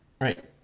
Right